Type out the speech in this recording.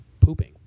pooping